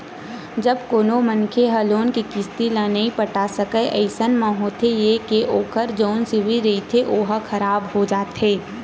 जब कोनो मनखे ह लोन के किस्ती ल नइ पटा सकय अइसन म होथे ये के ओखर जउन सिविल रिहिथे ओहा खराब हो जाथे